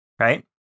right